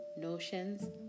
notions